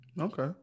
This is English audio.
Okay